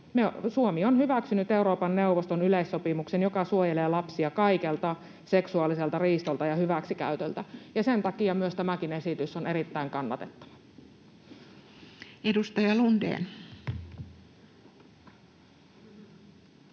Suomi on hyväksynyt Euroopan neuvoston yleissopimuksen, joka suojelee lapsia kaikelta seksuaaliselta riistolta ja hyväksikäytöltä, ja sen takia tämäkin esitys on erittäin kannatettava. Edustaja Lundén.